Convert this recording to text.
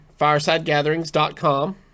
FiresideGatherings.com